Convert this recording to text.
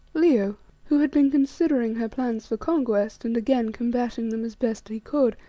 leo who had been considering her plans for conquest, and again combating them as best he could,